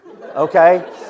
okay